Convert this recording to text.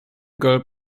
girl